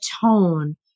tone